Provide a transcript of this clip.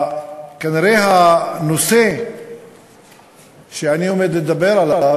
כנראה הנושא שאני עומד לדבר עליו,